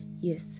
yes